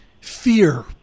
fear